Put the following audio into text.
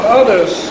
others